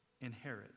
inherit